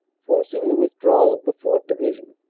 forcing the withdrawal of the fourth. division,